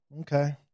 Okay